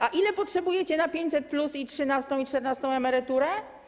A ile potrzebujecie na 500+ oraz trzynastą i czternastą emeryturę?